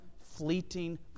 fleeting